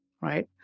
right